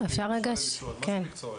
מה זה מקצוע איכותי?